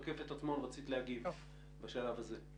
רקפת עצמון, רצית להגיב בשלב הזה.